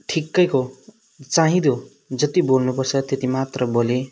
ठिकको चाहिँदो जति बोल्नु पर्छ त्यति मात्र बोलेँ